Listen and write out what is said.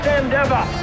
endeavor